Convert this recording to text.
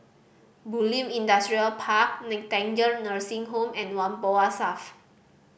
Bulim Industrial Park Nightingale Nursing Home and Whampoa South